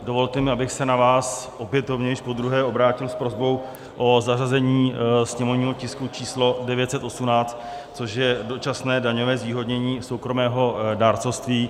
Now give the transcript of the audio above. Dovolte mi, abych se na vás opětovně, již podruhé, obrátil s prosbou o zařazení sněmovního tisku číslo 918, což je dočasné daňové zvýhodnění soukromého dárcovství.